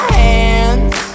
hands